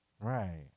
Right